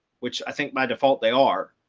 which i think by default they are